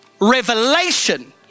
revelation